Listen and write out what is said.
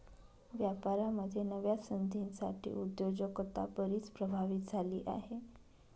व्यापारामध्ये नव्या संधींसाठी उद्योजकता बरीच प्रभावित झाली आहे